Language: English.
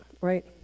Right